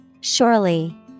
Surely